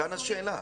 כאן השאלה.